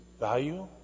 value